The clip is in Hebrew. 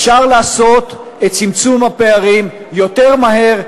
אפשר לעשות את צמצום הפערים יותר מהר,